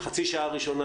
חצי השעה הראשונה,